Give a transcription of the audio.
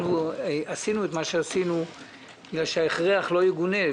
עשינו את מה שעשינו מפני שזה הכרח בל יגונה,